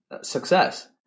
success